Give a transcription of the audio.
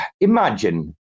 imagine